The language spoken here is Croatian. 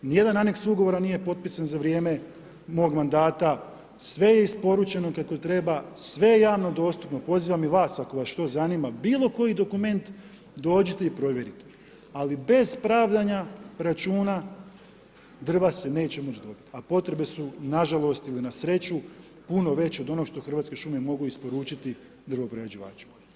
Ni jedan anex ugovora nije potpisan za vrijeme mog mandata, sve je isporučeno kako treba, sve je javno dostupno, pozivam i vas ako vas što zanima bilo koji dokument, dođite i provjerite, ali bez pravdanja računa drva se neće moći dobiti, a potrebe su nažalost ili na sreću puno veće od onog što Hrvatske šume mogu isporučiti drvoprerađivačima.